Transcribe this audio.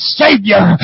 savior